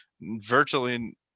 virtually